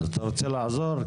אז אתה רוצה לעזור?